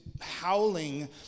howling